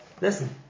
Listen